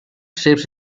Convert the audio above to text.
shapes